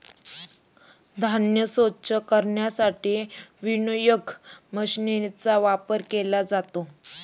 धान्य स्वच्छ करण्यासाठी विनोइंग मशीनचा वापर केला जातो